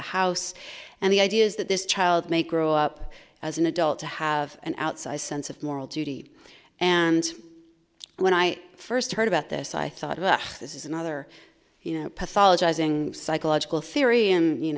the house and the idea is that this child may grow up as an adult to have an outsized sense of moral duty and when i first heard about this i thought about how this is another you know pathology psychological theory and you